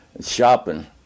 shopping